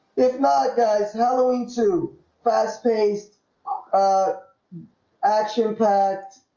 if not guys not only to fast paced ah action packed